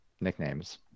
nicknames